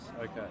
Okay